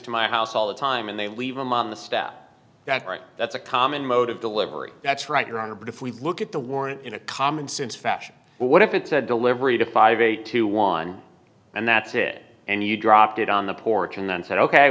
to my house all the time and they leave them on the staff that right that's a common mode of delivery that's right your honor but if we look at the warrant in a commonsense fashion well what if it's a delivery to five eight to one and that's it and you dropped it on the porch and then said ok